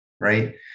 Right